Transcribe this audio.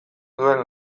duen